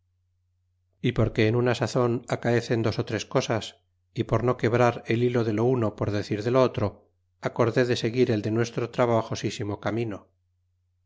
y porque en una sazon acaecen dos ó tres cosas y por no quebrar el hilo de jo uno por decir de lo otro acorde de seguir el de nuestro trabajosisimo camino